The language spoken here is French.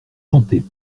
chanté